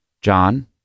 John